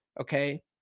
okay